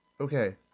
Okay